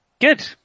good